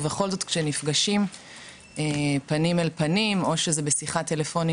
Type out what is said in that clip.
ובכל זאת כשנפגשים פנים אל פנים או כשזה בשיחה טלפונית